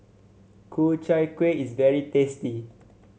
Ku Chai Kueh is very tasty